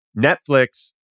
Netflix